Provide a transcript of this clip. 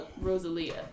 Rosalia